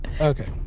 Okay